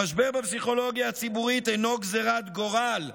המשבר בפסיכולוגיה הציבורית אינו גזרת גורל,